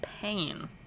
pain